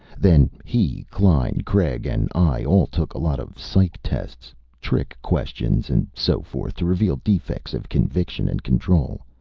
then he, klein, craig and i all took a lot of psych tests trick questioning and so forth to reveal defects of conviction and control.